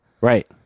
Right